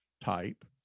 type